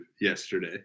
yesterday